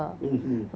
mmhmm